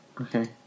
Okay